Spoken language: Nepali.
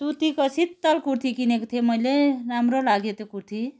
सुतीको शितल कुर्ती किनेको थिएँ मैले राम्रो लाग्यो त्यो कुर्ती